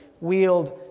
wield